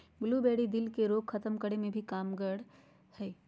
blueberry, दिल के रोग खत्म करे मे भी कामगार हय